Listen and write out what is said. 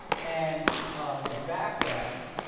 and the back end